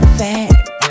fact